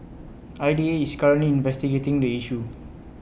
I D A is currently investigating the issue